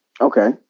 Okay